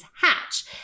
hatch